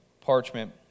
parchment